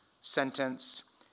sentence